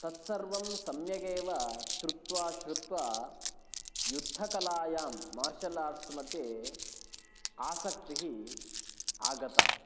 तत्सर्वं सम्यगेव श्रुत्वा श्रुत्वा युद्धकलायां मार्शलार्ट्स्मध्ये आसक्तिः आगता